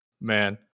man